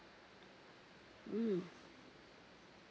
mm